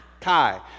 Kai